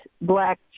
black